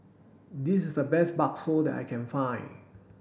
this is the best Bakso that I can find